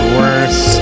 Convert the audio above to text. worse